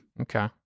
Okay